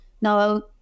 now